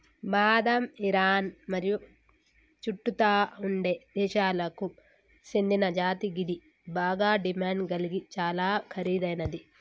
బాదం ఇరాన్ మరియు చుట్టుతా ఉండే దేశాలకు సేందిన జాతి గిది బాగ డిమాండ్ గలిగి చాలా ఖరీదైనది